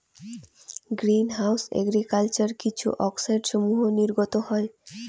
green house agriculture কিছু অক্সাইডসমূহ নির্গত হয়